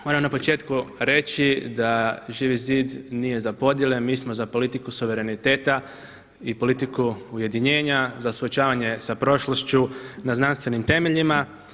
Moram na početku reći da Živi zid nije za podjele, mi smo za politiku suvereniteta i politiku ujedinjenja za suočavanje s prošlošću na znanstvenim temeljima.